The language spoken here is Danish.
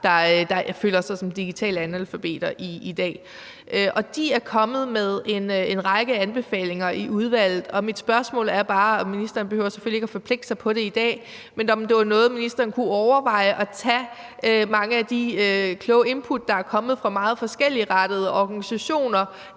der føler sig som digitale analfabeter i dag. Og de er kommet med en række anbefalinger til udvalget. Mit spørgsmål er bare – og ministeren behøver selvfølgelig ikke at forpligte sig på det i dag – om ministeren kunne overveje at tage mange af de kloge input, der er kommet fra meget forskelligrettede organisationer,